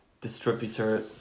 distributor